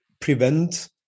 prevent